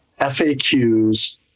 FAQs